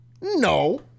No